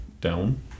down